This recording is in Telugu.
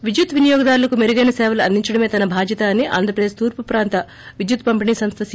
విద్యుత్ వినియోగదారులకు మెరుగైన సేవలు అందించడమే తన బాధ్యత అని ఆంధ్రప్రదేశ్ తూర్పు ప్రాంత విద్యుత్ పంపిణీ సంస్ద సి